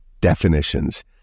definitions